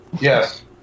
Yes